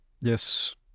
Yes